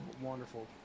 wonderful